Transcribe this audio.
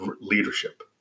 leadership